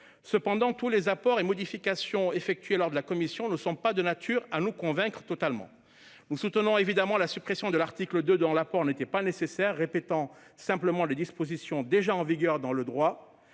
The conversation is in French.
Cependant, tous les apports et toutes les modifications effectués par la commission ne sont pas de nature à nous convaincre totalement. Nous soutenons évidemment la suppression de l'article 2, dont l'apport n'était pas nécessaire, répétant simplement des dispositions déjà en vigueur dans le droit.